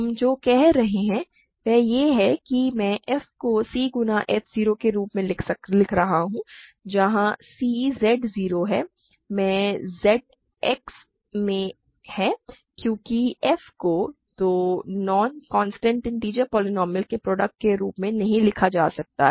हम जो कह रहे हैं वह यह है कि मैं f को c गुणा f 0 के रूप में लिख रहा हूं जहां c Z 0 में Z X में है क्योंकि f को दो नॉन कांस्टेंट इन्टिजर पोलीनोमिअल के प्रोडक्ट के रूप में नहीं लिखा जा सकता है